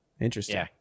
Interesting